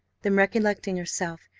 then recollecting herself,